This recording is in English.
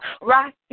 right